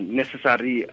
necessary